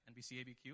nbcabq